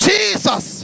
Jesus